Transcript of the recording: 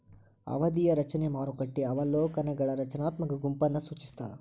ಅವಧಿಯ ರಚನೆ ಮಾರುಕಟ್ಟೆಯ ಅವಲೋಕನಗಳ ರಚನಾತ್ಮಕ ಗುಂಪನ್ನ ಸೂಚಿಸ್ತಾದ